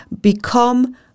become